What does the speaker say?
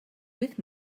with